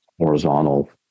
horizontal